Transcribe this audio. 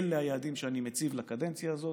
אלה היעדים שאני מציב לקדנציה הזאת.